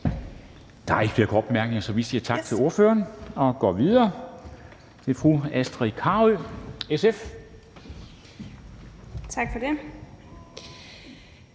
Der er ikke flere korte bemærkninger. Så vi siger tak til ordføreren og går videre til fru Astrid Carøe, SF. Kl.